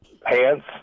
pants